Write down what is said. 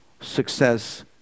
success